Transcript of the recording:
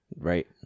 right